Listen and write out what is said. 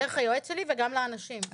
דרך היועץ שלי וגם לאנשים.